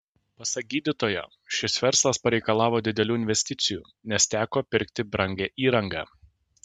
pasak gydytojo šis verslas pareikalavo didelių investicijų nes teko pirkti brangią įrangą